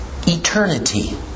eternity